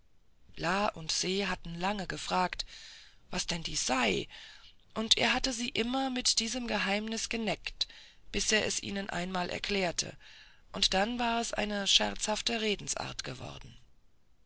und se hatten lange gefragt was denn dies sei und er hatte sie immer mit diesem geheimnis geneckt bis er es ihnen einmal erklärte und dann war es eine scherzhafte redensart geworden